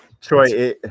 Troy